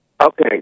Okay